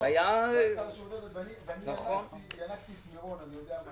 והיה -- אני ינקתי את מירון, אני יודע מה זה.